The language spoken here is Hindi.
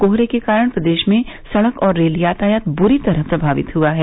कोहरे के कारण प्रदेश में सड़क और रेल यातायात बुरी तरह प्रभावित हुआ है